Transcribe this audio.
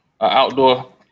outdoor